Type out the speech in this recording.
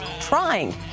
trying